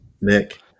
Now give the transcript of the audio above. Nick